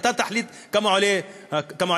אתה תחליט כמה עולה הקרקע.